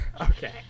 Okay